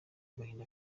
agahinda